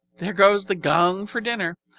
there goes the gong for dinner.